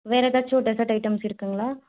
வேறு ஏதாச்சும் dessert items இருக்குதுங்களா